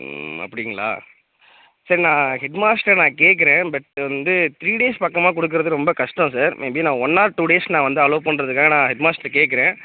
அப்படிங்ளா சரி நான் ஹெட்மாஸ்டர் நான் கேட்குறன் பட் வந்து த்ரீ டேஸ் பக்கமாக கொடுக்குறது ரொம்ப கஷ்டம் சார் மேபி நான் ஒன் ஆர் டூ டேஸ் நான் வந்து அலோவ் பண்ணுறது நான் ஹெட்மாஸ்டரை கேட்குறேன்